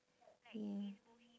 yeah